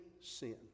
sin